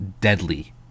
deadly